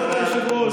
כל כך רע לכם,